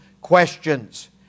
questions